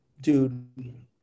dude